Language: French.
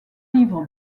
livre